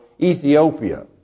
Ethiopia